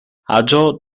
aĝo